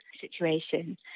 situation